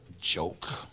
joke